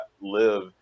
live